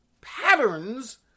patterns